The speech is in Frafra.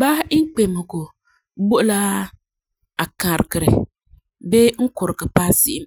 Baa imkpesegu bo la a karegɛ bee e kuregɛ paa se'em